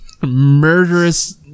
murderous